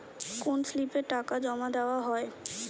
কোন স্লিপে টাকা জমাদেওয়া হয়?